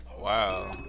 Wow